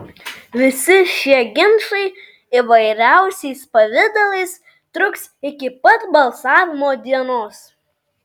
visi šie ginčai įvairiausiais pavidalais truks iki pat balsavimo dienos